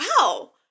wow